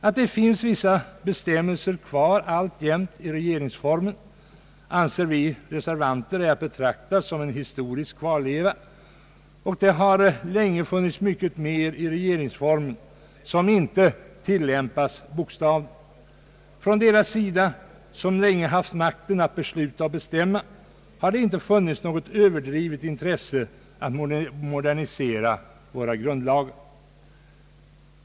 Att det alltjämt finns vissa bestämmelser i regeringsformen anser vi reservanter vara att betrakta som en historisk kvarleva, och det har länge funnits mycket mer i regeringsformen som inte tillämpas bokstavligt. Från deras sida som lång tid haft makten att besluta och bestämma har det inte funnits något överdrivet intresse att modernisera våra grundlagar.